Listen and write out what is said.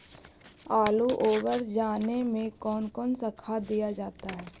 आलू ओवर जाने में कौन कौन सा खाद दिया जाता है?